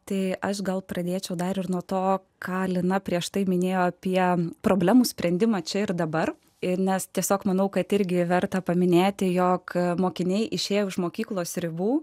tai aš gal pradėčiau dar ir nuo to ką lina prieš tai minėjo apie problemų sprendimą čia ir dabar ir nes tiesiog manau kad irgi verta paminėti jog mokiniai išėję už mokyklos ribų